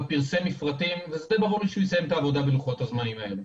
פרסם מפרטים וזה די ברור לי שהוא יסיים את העבודה בלוחות הזמנים הללו.